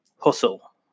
hustle